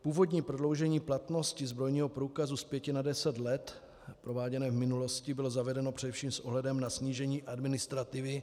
Původní prodloužení platnosti zbrojního průkazu z 5 na 10 let prováděné v minulosti bylo zavedeno především s ohledem na snížení administrativy.